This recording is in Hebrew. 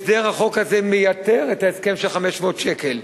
הסדר החוק הזה מייתר את ההסכם של 500 שקל.